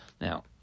Now